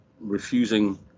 refusing